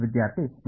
ವಿದ್ಯಾರ್ಥಿ ಮಿತಿ